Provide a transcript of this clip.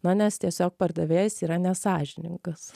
na nes tiesiog pardavėjas yra nesąžiningas